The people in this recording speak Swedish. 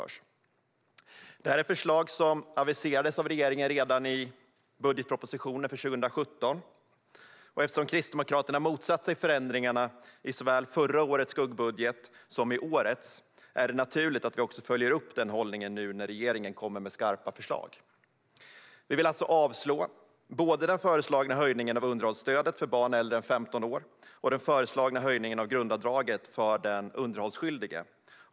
Det här är förslag aviserades av regeringen redan i budgetpropositionen för 2017. Eftersom Kristdemokraterna motsatt sig förändringarna såväl i förra årets skuggbudget som i årets är det naturligt att vi också följer upp den hållningen nu när regeringen kommer med skarpa förslag. Vi vill alltså avslå både den föreslagna höjningen av underhållsstödet för barn äldre än 15 år och den föreslagna höjningen av grundavdraget för den underhållsskyldige.